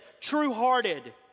true-hearted